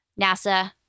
NASA